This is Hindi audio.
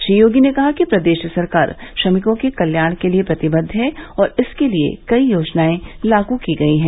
श्री योगी ने कहा कि प्रदेश सरकार श्रमिकों के कल्याण के लिये प्रतिबद्व है और इसके लिये कई योजनाएं लागू की गयीं हैं